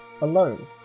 alone